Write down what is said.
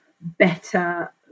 better